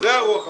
זאת רוח המפקד.